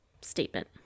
Statement